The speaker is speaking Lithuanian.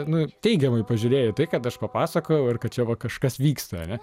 nu teigiamai pažiūrėjo į tai kad aš papasakojau ir kad čia va kažkas vyksta ane